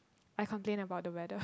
I complaint about the weather